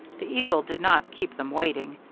the eagle did not keep them waiting.